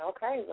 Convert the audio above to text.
Okay